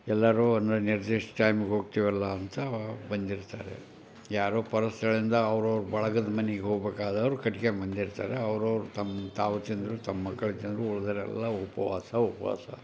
ಎಲ್ಲರೂ ಒಂದು ನಿರ್ದಿಷ್ಟ ಟೈಮಿಗೆ ಹೋಗ್ತೀವಲ್ಲ ಅಂತ ಬಂದಿರ್ತಾರೆ ಯಾರೋ ಪರಸ್ಥಳದಿಂದ ಅವ್ರವ್ರ ಬಳಗದ ಮನೆಗೆ ಹೋಗ್ಬೇಕಾದ್ರೆ ಅವ್ರು ಕಟ್ಕೊಂಡ್ಬಂದಿರ್ತಾರೆ ಅವ್ರವ್ರ ತಮ್ಮ ತಾವು ತಿಂದರು ತಮ್ಮ ಮಕ್ಳಿಗೆ ತಿಂದರು ಉಳಿದವ್ರೆಲ್ಲ ಉಪವಾಸ ಉಪವಾಸ